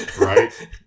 Right